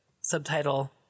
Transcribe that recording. subtitle